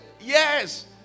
yes